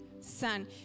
son